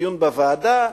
דיון בוועדה,